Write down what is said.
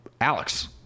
Alex